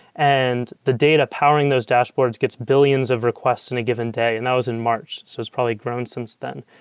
and the data powering those dashboards gets billions of requests in a given day, and that was in march. so it's probably grown since then.